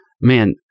man